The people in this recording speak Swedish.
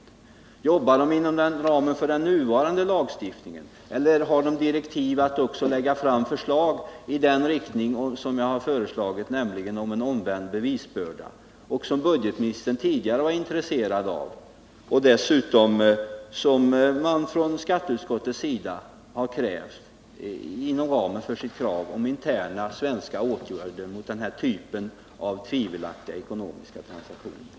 13 Arbetar rådet inom ramen för den nuvarande lagstiftningen eller har rådet direktiv att lägga fram förslag i den riktning som jag föreslagit, nämligen förslag till omvänd bevisbörda? Budgetministern var tidigare intresserad av detta. Dessutom har skatteutskottet krävt en sådan regel inom ramen för sitt krav på interna svenska åtgärder mot den här typen av tvivelaktiga ekonomiska transaktioner.